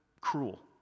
cruel